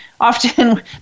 often